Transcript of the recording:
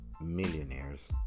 millionaires